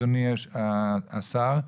אדוני השר,